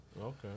Okay